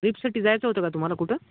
ट्रीपसाठी जायचं होतं का तुम्हाला कुठं